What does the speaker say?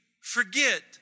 forget